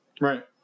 Right